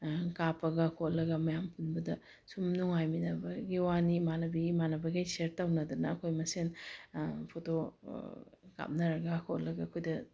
ꯀꯥꯞꯄꯒ ꯈꯣꯠꯂꯕ ꯃꯌꯥꯝ ꯄꯨꯟꯕꯗ ꯁꯨꯝ ꯅꯨꯡꯉꯥꯏꯃꯤꯟꯅꯕꯒꯤ ꯋꯥꯅꯤ ꯏꯃꯥꯟꯅꯕꯤ ꯏꯃꯥꯟꯅꯕꯈꯩ ꯁꯤꯌꯔ ꯇꯧꯅꯗꯕ ꯑꯩꯈꯣꯏ ꯃꯁꯦꯟ ꯐꯣꯇꯣ ꯀꯥꯞꯅꯔꯒ ꯈꯣꯠꯂꯒ ꯑꯩꯈꯣꯏꯗ